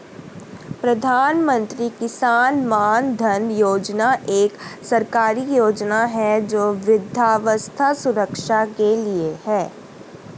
प्रधानमंत्री किसान मानधन योजना एक सरकारी योजना है जो वृद्धावस्था सुरक्षा के लिए है